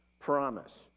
promise